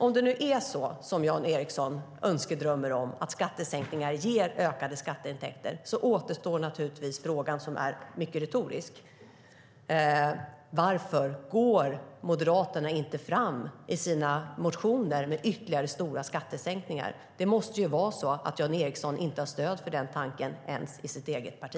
Om det nu är så som i Jan Ericsons önskedrömmar - att skattesänkningar ger ökade skatteintäkter - återstår naturligtvis den fråga som är mycket retorisk: Varför går Moderaterna inte fram i sina motioner med ytterligare stora skattesänkningar? Det måste ju vara så att Jan Ericson inte har stöd för den tanken ens i sitt eget parti.